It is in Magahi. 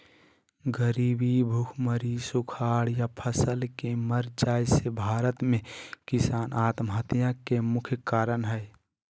गरीबी, भुखमरी, सुखाड़ या फसल के मर जाय से भारत में किसान आत्महत्या के मुख्य कारण हय